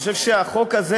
אני חושב שהחוק הזה